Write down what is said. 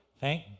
Thank